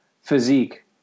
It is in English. physique